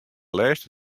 lêste